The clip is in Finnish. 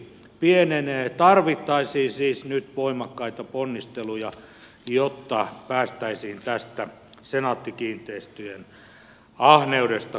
tarvittaisiin siis nyt voimakkaita ponnisteluja jotta päästäisiin tästä senaatti kiinteistöjen ahneudesta kohtuullisuuteen